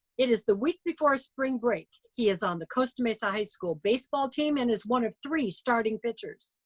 it is the week before spring break. he is on the costa mesa high school baseball team and is one of three starting pitchers.